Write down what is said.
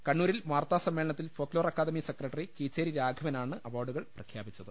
കണ്ണൂരിൽ വാർത്താസമ്മേളനത്തിൽ folklore academy secretary Keecheri Raghavan ആണ് അവാർഡുകൾ പ്രഖ്യാപിച്ചത്